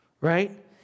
right